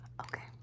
okay